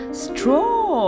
straw